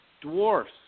dwarfs